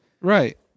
right